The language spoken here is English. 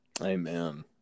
Amen